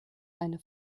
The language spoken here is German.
eine